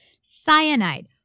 Cyanide